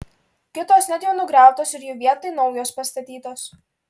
kitos net jau nugriautos ir jų vietoj naujos pastatytos